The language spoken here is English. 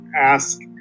ask